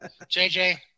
JJ